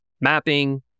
mapping